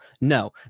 No